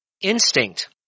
instinct